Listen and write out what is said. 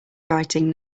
writing